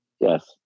Yes